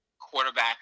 quarterback